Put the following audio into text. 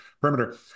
perimeter